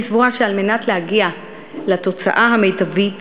אני סבורה שעל מנת להגיע לתוצאה המיטבית